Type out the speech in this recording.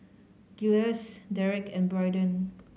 Giles Derek and Braiden